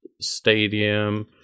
Stadium